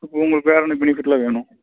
இப்போ உங்களுக்கு வேறு என்ன பெனிஃபிட்லாம் வேணும்